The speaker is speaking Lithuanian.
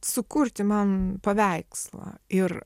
sukurti man paveikslą ir